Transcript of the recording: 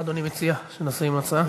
מה אדוני מציע שנעשה עם ההצעה?